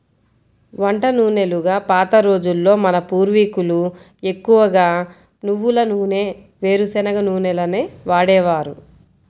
వంట నూనెలుగా పాత రోజుల్లో మన పూర్వీకులు ఎక్కువగా నువ్వుల నూనె, వేరుశనగ నూనెలనే వాడేవారు